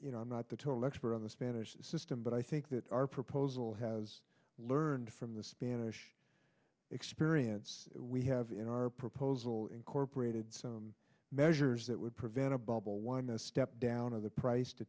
you know i'm not the total expert on the spanish system but i think that our proposal has learned from the spanish experience we have in our proposal incorporated some measures that would prevent a bubble one a step down of the price to